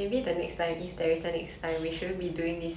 okay but is food the main motivation to make you